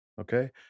okay